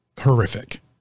horrific